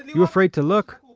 you afraid to look?